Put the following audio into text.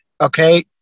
Okay